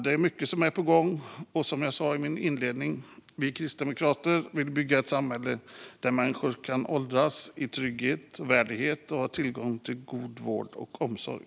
Mycket är alltså på gång, och som jag sa i min inledning: Vi kristdemokrater vill bygga ett samhälle där människor kan åldras i trygghet och värdighet och ha tillgång till god vård och omsorg.